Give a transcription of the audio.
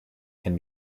can